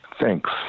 Thanks